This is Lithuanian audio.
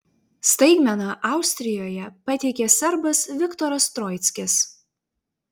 staigmeną austrijoje pateikė serbas viktoras troickis